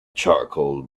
charcoal